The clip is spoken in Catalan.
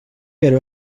però